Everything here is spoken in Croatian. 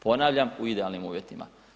Ponavljam, u idealnim uvjetima.